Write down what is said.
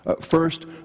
First